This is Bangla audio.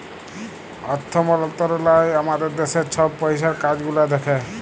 অথ্থ মলত্রলালয় আমাদের দ্যাশের ছব পইসার কাজ গুলা দ্যাখে